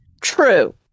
True